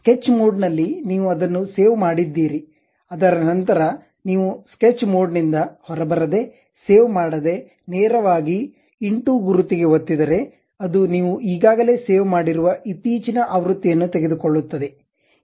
sketch mode ನಲ್ಲಿ ನೀವು ಅದನ್ನು ಸೇವ್ ಮಾಡಿದ್ದೀರಿ ಅದರ ನಂತರ ನೀವು ಸ್ಕೆಚ್ ಮೋಡ್ ನಿಂದ ಹೊರಬರದೇ ಸೇವ್ ಮಾಡದೆ ನೇರವಾಗಿ ಇಂಟು ಗುರುತಿಗೆ ಒತ್ತಿದರೆ ಅದು ನೀವು ಈಗಾಗಲೇ ಸೇವ್ ಮಾಡಿರುವ ಇತ್ತೀಚಿನ ಆವೃತ್ತಿಯನ್ನು ತೆಗೆದುಕೊಳ್ಳುತ್ತದೆ FL